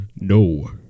No